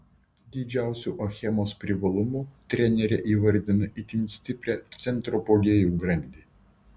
didžiausiu achemos privalumu trenerė įvardina itin stiprią centro puolėjų grandį